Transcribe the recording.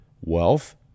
wealth